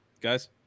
Guys